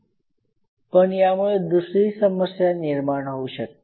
पण यामुळे दुसरी समस्या निर्माण होऊ शकते